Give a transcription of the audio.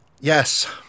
Yes